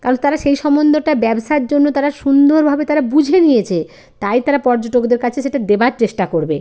কারণ তারা সেই সম্বন্ধটা ব্যবসার জন্য তারা সুন্দরভাবে তারা বুঝে নিয়েছে তাই তারা পর্যটকদের কাছে সেটা দেওয়ার চেষ্টা করবে